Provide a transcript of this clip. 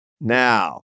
Now